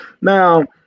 Now